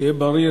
שיהיה בריא,